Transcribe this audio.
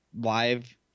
live